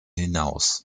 hinaus